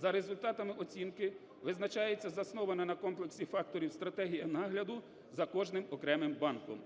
За результатами оцінки визначається заснована на комплексі факторів стратегія нагляду за кожним окремим банком.